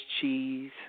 cheese